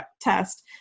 test